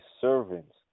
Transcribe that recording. servants